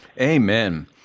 Amen